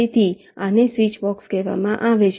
તેથી આને સ્વીચબોક્સ કહેવામાં આવે છે